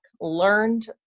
learned